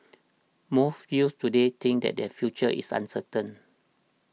most youths today think that their future is uncertain